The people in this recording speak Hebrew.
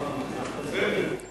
ייתכן